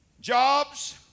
Jobs